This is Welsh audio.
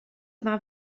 yma